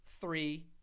three